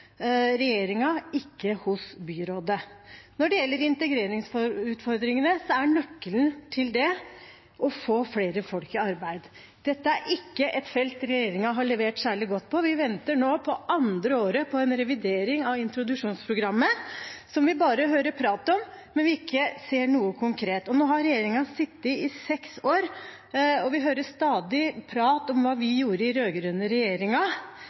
ikke hos byrådet. Når det gjelder integreringsutfordringene, er nøkkelen å få flere folk i arbeid. Dette er ikke et felt regjeringen har levert særlig godt på. Vi venter nå, på andre året, på en revidering av introduksjonsprogrammet, som vi bare hører prat om, men ikke ser noe konkret til. Nå har regjeringen sittet i seks år, og vi hører stadig prat om hva vi gjorde i